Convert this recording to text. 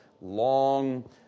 long